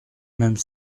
même